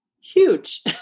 huge